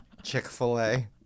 chick-fil-a